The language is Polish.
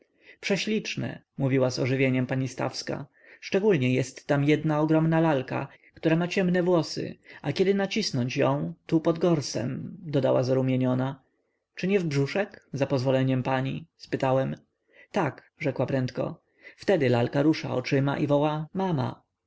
prześliczne mówiła z ożywieniem pani stawska szczególniej jest tam jedna ogromna lalka która ma ciemne włosy a kiedy nacisnąć ją tu pod gorsem dodała zarumieniona czy nie w brzuszek zapozwoleniem pani spytałem tak rzekła prędko wtedy lalka rusza oczyma i woła mama